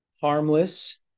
harmless